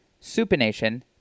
supination